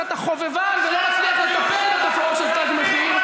כשאתה חובבן ולא מצליח לטפל בתופעות של תג מחיר,